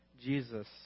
Jesus